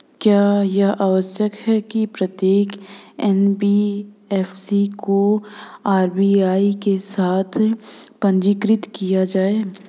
क्या यह आवश्यक है कि प्रत्येक एन.बी.एफ.सी को आर.बी.आई के साथ पंजीकृत किया जाए?